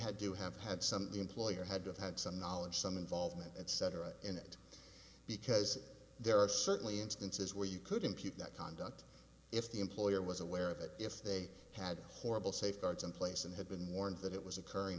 had to have had some employer had had some knowledge some involvement etc in it because there are certainly instances where you could impute that conduct if the employer was aware of it if they had horrible safeguards in place and had been warned that it was occurring